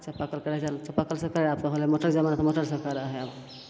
चापाकल रहै तऽ चापाकलसे करै आब तऽ होलै मोटरके जमाना तऽ मोटरसे करै हइ आब